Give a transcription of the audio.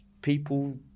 People